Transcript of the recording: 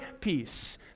peace